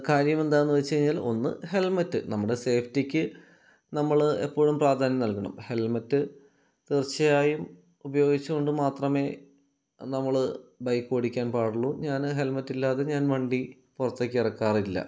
കാര്യമെന്താണെന്ന് വെച്ച് കഴിഞ്ഞാൽ ഒന്ന് ഹെൽമെറ്റ് നമ്മുടെ സേഫ്റ്റിക്ക് നമ്മൾ എപ്പോഴും പ്രാധാന്യം നൽകണം ഹെൽമെറ്റ് തീർച്ചയായും ഉപയോഗിച്ച് കൊണ്ട് മാത്രമേ നമ്മൾ ബൈക്ക് ഓടിക്കാൻ പാടുള്ളു ഞാൻ ഹെൽമറ്റില്ലാതെ ഞാൻ വണ്ടി പുറത്തേക്ക് ഇറക്കാറില്ല